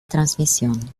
transmisión